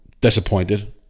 disappointed